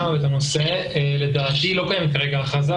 ההסתכלות על מערכת החינוך גם כמקום שדורש תו ירוק בזמנו,